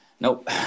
nope